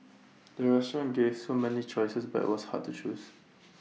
the restaurant gave so many choices but IT was hard to choose